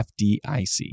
FDIC